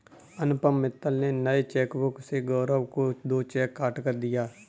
अनुपम मित्तल ने नए चेकबुक से गौरव को दो चेक काटकर दिया